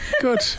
Good